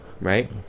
Right